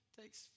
takes